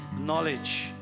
knowledge